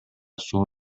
суу